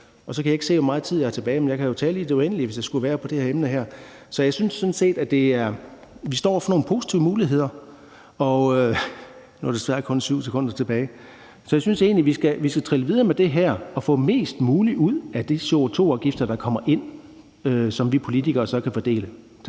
Jeg kan ikke se, hvor meget tid jeg har tilbage, men jeg kan jo tale i det uendelige, hvis det skulle være, om det her emne. Jeg synes sådan set, at vi står over for nogle positive muligheder – og nu er der desværre kun 7 sekunder tilbage – så jeg synes egentlig, vi skal trille videre med det her og få mest muligt ud af de CO2-afgifter, der kommer ind, som vi politikere så kan fordele. Tak.